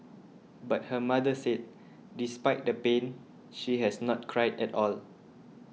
but her mother said despite the pain she has not cried at all